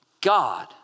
God